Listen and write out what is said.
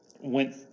went